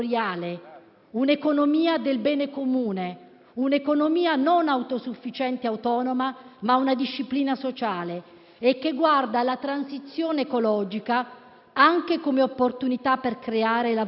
un'economia del bene comune, un'economia non autosufficiente e autonoma, ma una disciplina sociale e che guarda alla transizione ecologica anche come opportunità per creare lavoro.